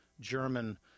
German